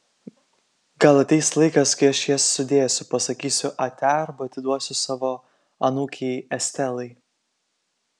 gal ateis laikas kai aš jas sudėsiu pasakysiu ate arba atiduosiu savo anūkei estelai